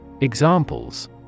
Examples